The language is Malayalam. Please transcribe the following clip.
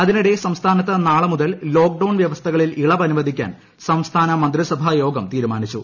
അതിനിടെ സംസ്ഥാനത്ത് നാളെ മുതൽ ലോക് ഡൌൺ വ്യവസ്ഥകളിൽ ഇളവനുവദിക്കാൻ സംസ്ഥാന മന്ത്രിസഭായോഗം തീരുമാനിച്ചു